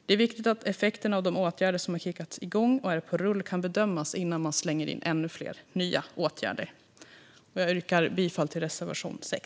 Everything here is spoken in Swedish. Det är viktigt att effekterna av de åtgärder som har kickats igång och är på rull kan bedömas innan man slänger in ännu fler nya åtgärder. Jag yrkar bifall till reservation 6.